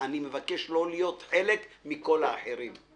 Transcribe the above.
מנכ"ל הכנסת לשעבר והיום ראש עיריית נצרת עילית רונן פלוט.